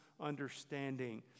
understanding